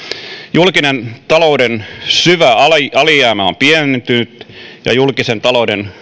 julkisen talouden syvä alijäämä on pienentynyt ja julkisen talouden